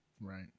right